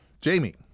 Jamie